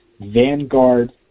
Vanguard